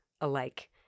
alike